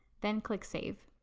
then click save.